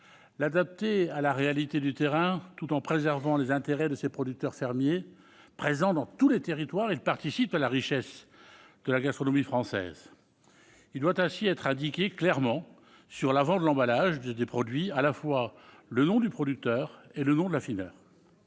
l'adapter à la réalité du terrain tout en préservant les intérêts de ces producteurs fermiers. Présents dans tous les territoires, ils participent à la richesse de la gastronomie française. Il doit ainsi être indiqué clairement sur l'avant de l'emballage des produits à la fois le nom du producteur et celui de l'affineur.